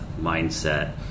mindset